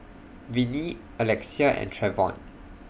Vinnie Alexia and Trevon